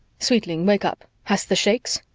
sweetling, wake up! hast the shakes?